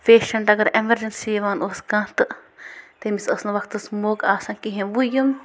patient اگر emergency یِوان اوس کانٛہہ تہٕ تٔمِس ٲس نہٕ وَقتَس موقہٕ آسان کِہیٖنۍ وۄنۍ یِم